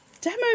demo